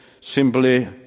simply